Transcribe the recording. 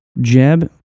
Jeb